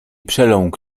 przeląkł